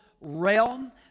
realm